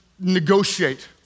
negotiate